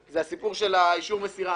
הסיפור של אישור המסירה.